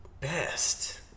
Best